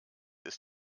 ist